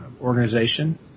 organization